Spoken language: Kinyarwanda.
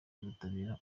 y’ubutabera